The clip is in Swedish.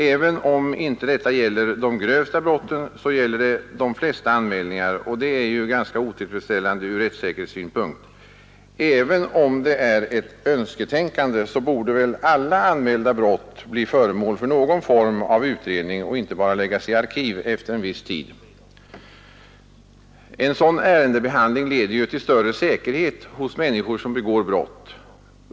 Även om inte detta gäller de grövsta brotten så gäller det de flesta anmälningarna, och det är otillfredsställande från rättssäkerhetssynpunkt. Även om det är ett önsketänkande så borde alla anmälda brott bli föremål för någon form av utredning och inte bara läggas i arkiv efter viss tid. En sådan ärendebehandling leder till större säkerhet hos människor som begår brott.